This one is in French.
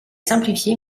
simplifié